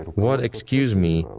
what, excuse me,